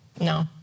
no